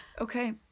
Okay